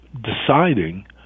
deciding